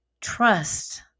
Trust